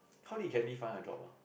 how did Candy find her job ah